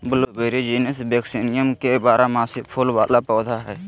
blueberry genus vaccinium के बारहमासी फूल वला पौधा हइ